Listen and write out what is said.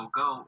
go